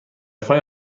فای